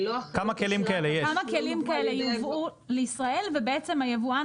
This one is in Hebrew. כמה כלים כאלה יובאו לישראל ובעצם היבואן